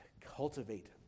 Cultivate